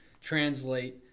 translate